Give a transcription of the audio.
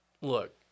look